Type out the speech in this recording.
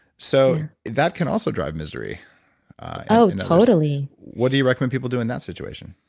so that can also drive misery oh totally what do you recommend people do in that situation?